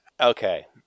Okay